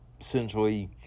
essentially